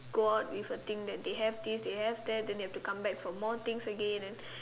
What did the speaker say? go out with a thing that they have this they have that then they have to come back for more things again